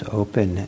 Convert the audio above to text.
open